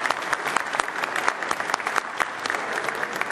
(מחיאות כפיים)